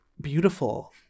beautiful